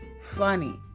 funny